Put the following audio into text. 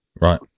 Right